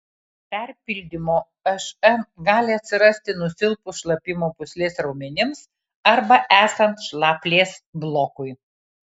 perpildymo šn gali atsirasti nusilpus šlapimo pūslės raumenims arba esant šlaplės blokui